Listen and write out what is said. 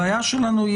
הבעיה שלנו היא